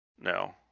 no